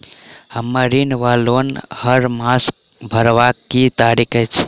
हम्मर ऋण वा लोन हरमास भरवाक की तारीख अछि?